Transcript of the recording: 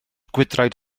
gwydraid